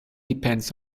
depends